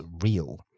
real